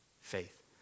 faith